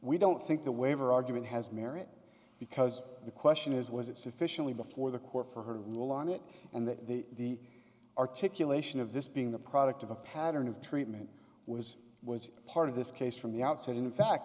we don't think the waiver argument has merit because the question is was it sufficiently before the court for her to rule on it and that the articulation of this being the product of a pattern of treatment was was part of this case from the outset in fact